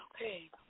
Okay